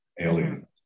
Alien